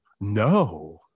no